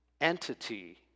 entity